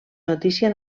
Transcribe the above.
notícia